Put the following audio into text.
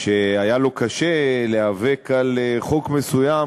שהיה לו קשה להיאבק על חוק מסוים,